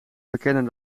bekennen